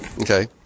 Okay